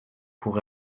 pour